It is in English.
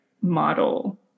model